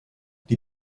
die